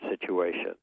situation